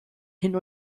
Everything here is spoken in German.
hin